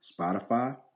Spotify